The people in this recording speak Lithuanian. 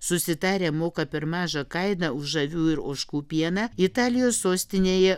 susitarę moka per mažą kainą už avių ir ožkų pieną italijos sostinėje